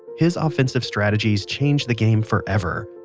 his offensive strategies changed the game forever.